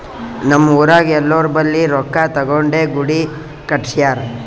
ನಮ್ ಊರಾಗ್ ಎಲ್ಲೋರ್ ಬಲ್ಲಿ ರೊಕ್ಕಾ ತಗೊಂಡೇ ಗುಡಿ ಕಟ್ಸ್ಯಾರ್